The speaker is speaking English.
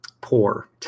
poor